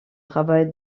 travail